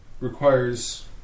requires